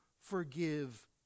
forgive